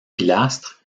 pilastres